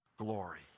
glory